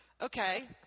Okay